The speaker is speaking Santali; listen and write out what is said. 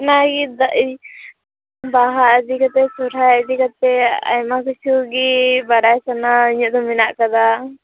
ᱚᱱᱟᱜᱮ ᱫᱟᱹᱭ ᱵᱟᱦᱟ ᱤᱫᱤᱠᱟᱛᱮ ᱥᱚᱦᱨᱟᱭ ᱤᱫᱤ ᱠᱟᱛᱮ ᱟᱭᱢᱟ ᱠᱤᱪᱷᱩ ᱜᱮ ᱵᱟᱲᱟᱭ ᱥᱟᱱᱟ ᱤᱧᱟᱹᱜ ᱫᱚ ᱢᱮᱱᱟᱜ ᱟᱠᱟᱫᱟ